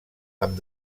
amb